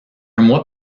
mois